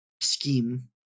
scheme